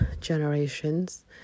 generations